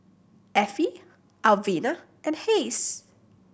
Affie Elvina and Hays